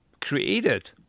created